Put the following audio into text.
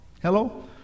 Hello